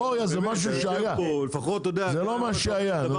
היסטוריה זה משהו שהיה, וזה לא היה.